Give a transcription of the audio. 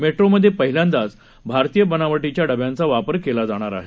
मेट्रोमध्ये पहिल्यांदाच भारतीय बनावटीच्या डब्यांचा वापर केला जात आहे